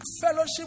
Fellowship